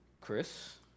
Chris